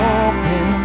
open